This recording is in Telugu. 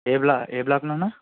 ఏ బ్లాక్ ఏ బ్లాక్ నాన్న